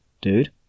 dude